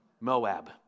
Moab